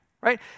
right